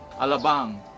Alabang